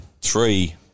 three